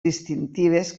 distintives